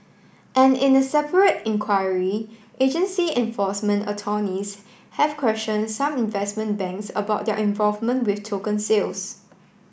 and in a separate inquiry agency enforcement attorneys have questioned some investment banks about their involvement with token sales